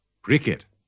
cricket